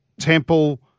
Temple